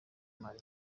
mali